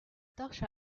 torche